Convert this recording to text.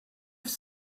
have